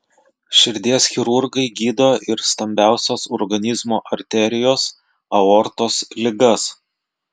širdies chirurgai gydo ir stambiausios organizmo arterijos aortos ligas